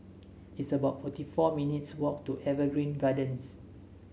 it's about forty four minutes' walk to Evergreen Gardens